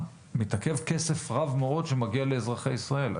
מתעכב כסף רב מאוד שמגיע לאזרחי ישראל,